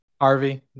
Harvey